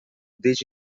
desde